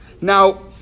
Now